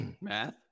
math